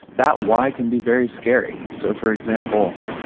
that why can be very scary. so for example,